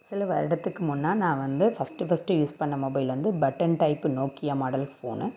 சில வருடத்துக்கு முன்னே நான் வந்து ஃபர்ஸ்ட்டு ஃபர்ஸ்ட்டு யூஸ் பண்ண மொபைல் வந்து button type Nokia model phone